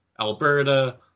Alberta